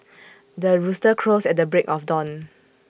the rooster crows at the break of dawn